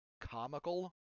comical